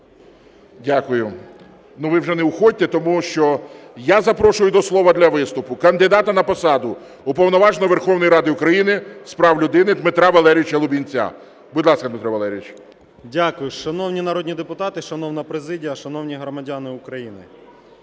Дякую. Ну, ви вже не уходьте, тому що… Я запрошую до слова для виступу кандидата на посаду Уповноваженого Верховної Ради з прав людини Дмитра Валерійовича Лубінця. Будь ласка, Дмитро Валерійович. 12:22:08 ЛУБІНЕЦЬ Д.В. Дякую. Шановні народні депутати, шановна президія, шановні громадяни України!